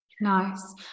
Nice